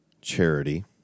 charity